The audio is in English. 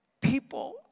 People